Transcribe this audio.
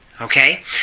okay